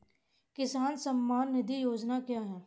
किसान सम्मान निधि योजना क्या है?